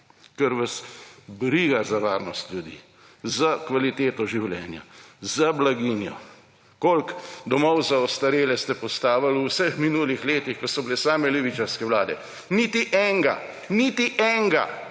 Ker vas briga za varnost ljudi, za kvaliteto življenja, za blaginjo! Koliko domov za ostarele ste postavili v vseh minulih letih, ko so bile same levičarske vlade? Niti enega! Niti enega.